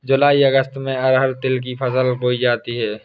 जूलाई अगस्त में अरहर तिल की फसल बोई जाती हैं